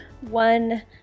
one